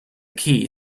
key